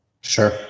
Sure